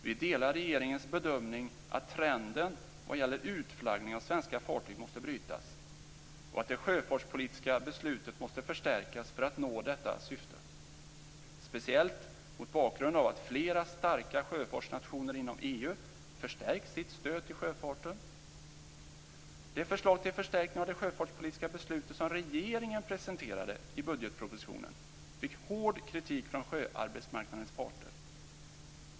Vi delar regeringens bedömning att trenden vad gäller utflaggning av svenska fartyg måste brytas och att det sjöfartspolitiska beslutet måste förstärkas för att nå detta syfte, speciellt mot bakgrund av att flera starka sjöfartsnationer inom EU förstärkt sitt stöd till sjöfarten. Det förslag till förstärkning av det sjöfartspolitiska beslutet som regeringen presenterade i budgetpropositionen fick hård kritik från sjöarbetsmarknadens parter.